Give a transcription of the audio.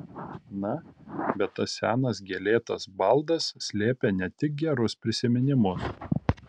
na bet tas senas gėlėtas baldas slėpė ne tik gerus prisiminimus